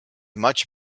much